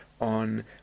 on